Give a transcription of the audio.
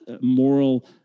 moral